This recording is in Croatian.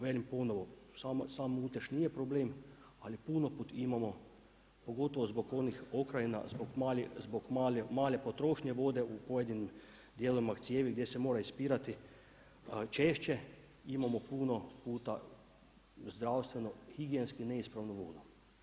Velim ponovno, sam mutež nije problem ali puno put imamo pogotovo zbog onih … zbog male potrošnje vode u pojedinim dijelovima cijevi gdje se moraju ispirati češće, imamo puno puta zdravstveno higijenski neispravnu vodu.